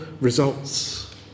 results